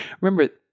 remember